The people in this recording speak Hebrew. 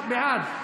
בעד.